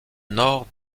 nord